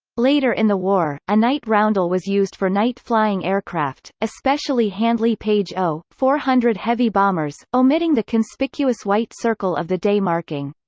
later in the war, a night roundel was used for night flying aircraft, especially handley page o four hundred heavy bombers, omitting the conspicuous white circle of the day marking.